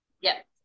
Yes